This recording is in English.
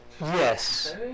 Yes